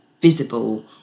visible